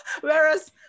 whereas